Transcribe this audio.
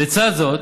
לצד זאת,